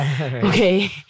Okay